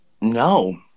No